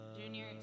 Junior